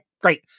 Great